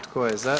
Tko je za?